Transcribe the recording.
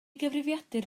gyfrifiadur